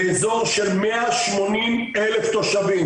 לאזור של 180 אלף תושבים,